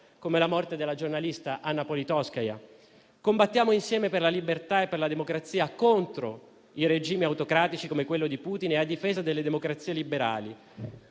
come la morte della giornalista Anna Politkovskaja, combattiamo insieme per la libertà e per la democrazia contro i regimi autocratici, come quello di Putin, e a difesa delle democrazie liberali.